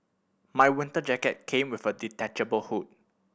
my winter jacket came with a detachable hood